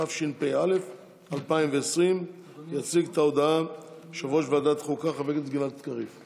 התשפ"א 2020. יציג את ההודעה יושב-ראש ועדת החוקה חבר הכנסת גלעד קריב.